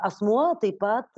asmuo taip pat